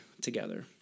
together